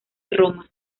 roma